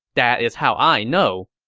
that is how i know.